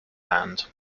band